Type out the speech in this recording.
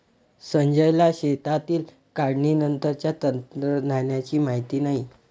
संजयला शेतातील काढणीनंतरच्या तंत्रज्ञानाची माहिती नाही